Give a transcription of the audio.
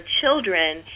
children